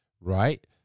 Right